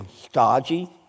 stodgy